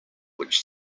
which